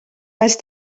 els